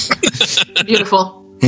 Beautiful